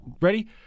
ready